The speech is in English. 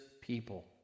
people